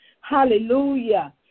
Hallelujah